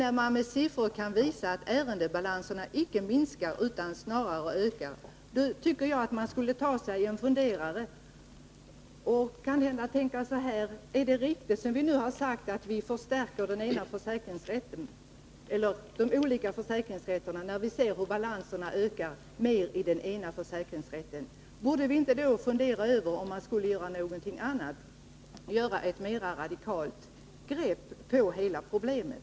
När man med siffror kan visa att ärendebalansen icke minskar utan snarare ökar, borde man, tycker jag, ta sig en funderare och fråga sig om det är riktigt att förstärka var och en av de olika försäkringsrätterna, när balansen ökar mer hos en av dem. Borde man inte fundera över om man skulle göra något annat och ta ett mer radikalt grepp på hela problemet?